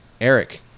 Eric